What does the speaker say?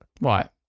Right